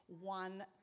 one